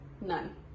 None